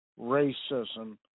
racism